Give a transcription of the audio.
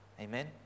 Amen